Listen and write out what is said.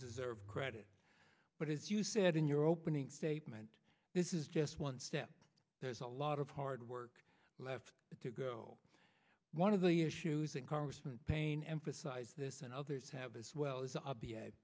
deserve credit but as you said in your opening statement this is just one step there's a lot of hard work left to go one of the issues that congressman payne emphasized this and others have as well as